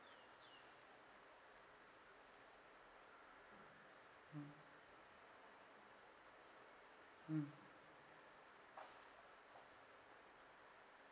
hmm hmm